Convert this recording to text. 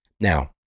Now